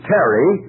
Terry